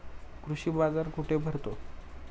कृषी बाजार कुठे भरतो?